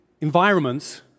environments